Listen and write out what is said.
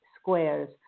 squares